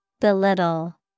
Belittle